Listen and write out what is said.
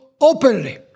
openly